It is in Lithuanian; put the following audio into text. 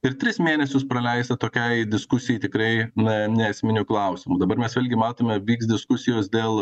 ir tris mėnesius praleisti tokiai diskusijai tikrai na neesminių klausimų dabar mes vėlgi matome vyks diskusijos dėl